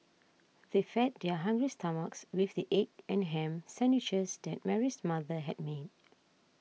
they fed their hungry stomachs with the egg and ham sandwiches that Mary's mother had made